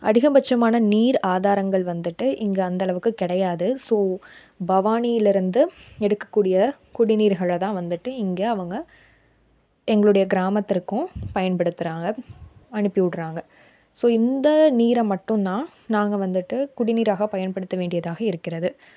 அதிகபட்சமான நீர் ஆதாரங்கள் வந்துட்டு இங்கு அந்த அளவுக்கு கிடையாது ஸோ பவானியிலிருந்து எடுக்க கூடிய குடிநீர்களை தான் வந்துட்டு இங்கே அவங்க எங்களுடைய கிராமத்திற்கும் பயன்படுத்துகிறாங்க அனுப்பி விட்றாங்க ஸோ இந்த நீரை மட்டும் தான் நாங்கள் வந்துட்டு குடிநீராக பயன்படுத்த வேண்டியதாக இருக்கிறது